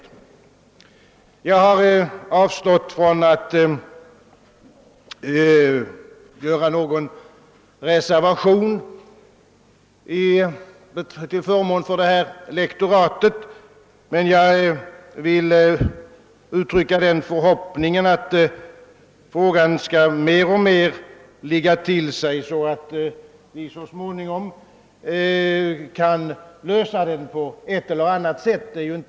Jag har avstått från att avge någon reservation till förmån för lektoratet, men jag vill uttrycka den förhoppningen, att frågan skall ligga till sig, så att vi så småningom kan lösa den på ett eller annat sätt.